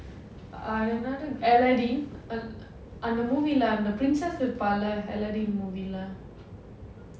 ah another aladdin அந்த:andha the movie lah the princess இருப்பாளா:irupaalaa aladdin movie lah